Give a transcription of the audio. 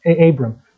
Abram